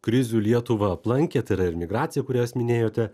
krizių lietuvą aplankė tai yra ir migracija kurią jūs minėjote